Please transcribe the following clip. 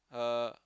uh